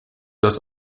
das